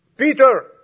Peter